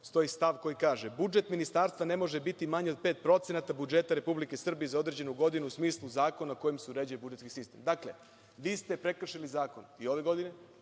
stoji stav koji kaže – budžet Ministarstva ne može biti manji od 5% budžeta Republike Srbije za određenu godinu u smislu Zakona kojim se uređuje budžetski sistem. Dakle, vi ste prekršili zakon i ove godine,